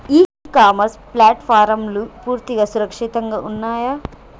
ఇ commerce ప్లాట్ఫారమ్లు పూర్తిగా సురక్షితంగా ఉన్నయా?